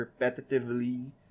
repetitively